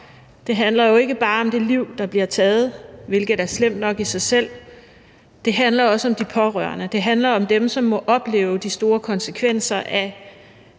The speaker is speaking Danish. liv handler jo ikke bare om det liv, der bliver taget, hvilket er slemt nok i sig selv. Det handler også om de pårørende. Det handler om dem, som må opleve de store konsekvenser af,